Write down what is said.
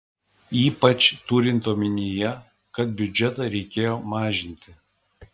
ypač turint omenyje kad biudžetą reikėjo mažinti